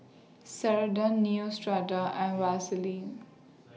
Ceradan Neostrata and Vaselin